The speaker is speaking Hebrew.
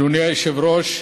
אדוני היושב-ראש,